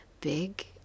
Big